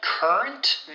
Current